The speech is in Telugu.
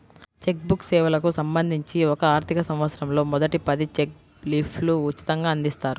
చెక్ బుక్ సేవలకు సంబంధించి ఒక ఆర్థికసంవత్సరంలో మొదటి పది చెక్ లీఫ్లు ఉచితంగ అందిస్తారు